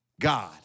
God